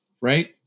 right